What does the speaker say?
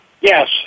Yes